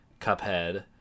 Cuphead